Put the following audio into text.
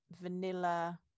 vanilla